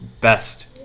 best